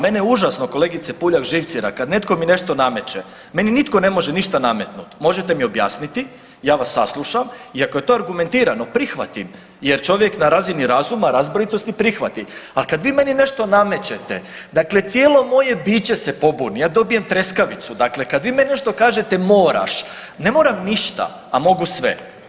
Mene užasno kolegice Puljak živcira kad netko mi nešto nameće, meni nitko ne može ništa nametnut, možete mi objasniti, ja vas saslušam i ako je to argumentirano prihvatim jer čovjek na razini razuma i razboritosti prihvati, a kad vi meni nešto namećete, dakle cijelo moje biće se pobuni, ja dobijem treskavicu, dakle kad vi meni nešto kažete moraš, ne moram ništa, a mogu sve.